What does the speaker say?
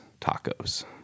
tacos